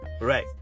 Right